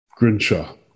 Grinshaw